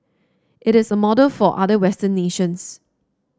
it is a model for other western nations